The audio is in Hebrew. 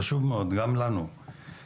חשוב מאוד גם לנו בוועדה,